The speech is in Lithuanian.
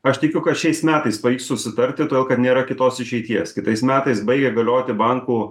aš tikiu kad šiais metais pavyks susitarti todėl kad nėra kitos išeities kitais metais baigia galioti bankų